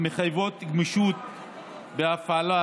המחייבת גמישות בהפעלת